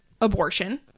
abortion